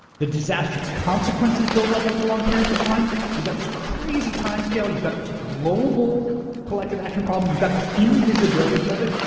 the disastrous consequences build up over long periods of time. so you've got this crazy time scale, you've got this global collective action problem, you've got the invisibility of it.